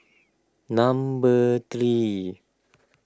number three